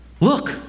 Look